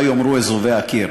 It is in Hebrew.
מה יאמרו אזובי הקיר",